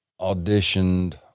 auditioned